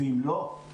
אם לא היינו עושים זאת,